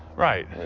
right.